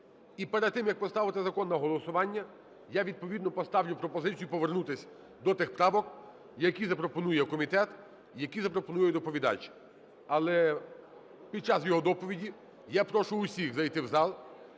І перед тим, як поставити закон на голосування, я відповідно поставлю пропозицію повернутися до тих правок, які запропонує комітет і які запропонує доповідач. Але під час його доповіді я прошу усіх зайти в зал,